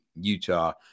Utah